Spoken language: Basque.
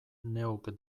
neuk